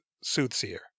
soothsayer